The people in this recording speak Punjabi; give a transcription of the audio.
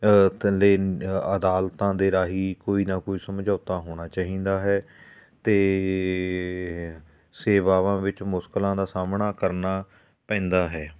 ਥੱਲੇ ਅਦਾਲਤਾਂ ਦੇ ਰਾਹੀਂ ਕੋਈ ਨਾ ਕੋਈ ਸਮਝੌਤਾ ਹੋਣਾ ਚਾਹੀਦਾ ਹੈ ਅਤੇ ਸੇਵਾਵਾਂ ਵਿੱਚ ਮੁਸ਼ਕਲਾਂ ਦਾ ਸਾਹਮਣਾ ਕਰਨਾ ਪੈਂਦਾ ਹੈ